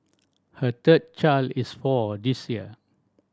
her third child is four this year